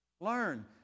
Learn